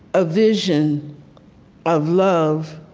a vision of love